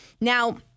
now